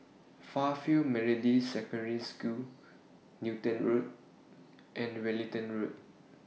Fairfield Methodist Secondary School Newton Road and Wellington Road